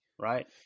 Right